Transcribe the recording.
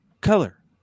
color